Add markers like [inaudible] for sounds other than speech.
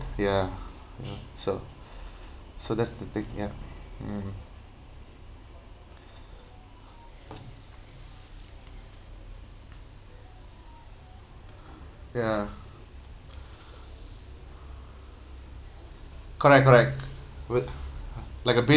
ya you know so [breath] so that's the thing ya mm [breath] ya [breath] correct correct good like a big